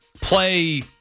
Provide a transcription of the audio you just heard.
Play